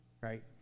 right